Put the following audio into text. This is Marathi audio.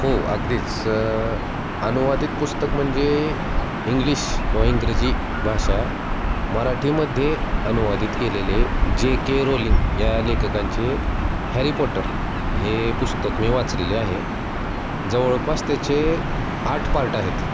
हो अगदीच अनुवादित पुस्तक म्हणजे इंग्लिश किंवा इंग्रजी भाषा मराठीमध्ये अनुवादित केलेले जे के रोलिंग या लेखकांचे हॅरी पॉटर हे पुस्तक मी वाचलेले आहे जवळपास त्याचे आठ पार्ट आहेत